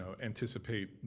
anticipate